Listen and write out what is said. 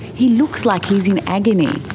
he looks like he's in agony.